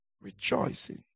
rejoicing